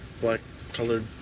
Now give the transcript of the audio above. black-colored